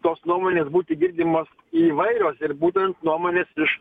tos nuomonės būti girdimos įvairios ir būtent nuomonės iš